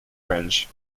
branch